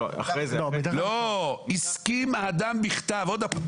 "הסכים האדם בכתב".